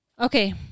Okay